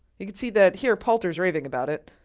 you can see that here paulter's rating about it.